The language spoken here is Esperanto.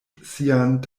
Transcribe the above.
sian